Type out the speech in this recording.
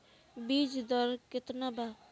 बीज दर केतना बा?